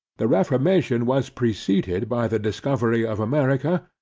the reformation was preceded by the discovery of america,